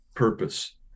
purpose